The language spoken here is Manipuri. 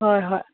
ꯍꯣꯏ ꯍꯣꯏ